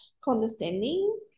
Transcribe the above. condescending